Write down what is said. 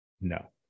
no